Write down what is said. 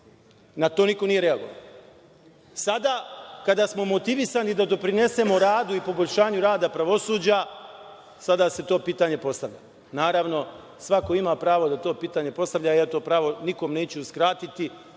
Na to niko nije reagovao. Sada kada smo motivisani da doprinesemo radu i poboljšanju rada pravosuđa, sada se to pitanje postavlja. Naravno, svako ima pravo da to pitanje postavlja, ja to pravo nikom neću uskratiti,